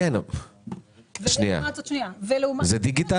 זה דיגיטל?